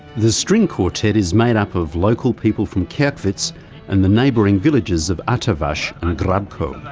the string quartet is made up of local people from kerkwitz and the neighbouring villages of atterwasch and grabko.